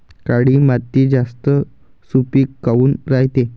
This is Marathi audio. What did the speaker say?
काळी माती जास्त सुपीक काऊन रायते?